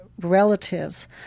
relatives